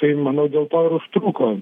tai manau dėl to ir užtruko